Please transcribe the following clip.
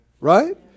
right